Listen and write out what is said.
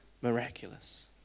miraculous